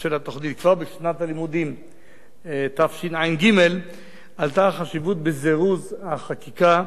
של התוכנית כבר בשנת הלימודים תשע"ג עלתה החשיבות של זירוז החקיקה,